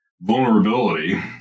vulnerability